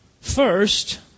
First